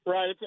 Right